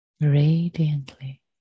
Radiantly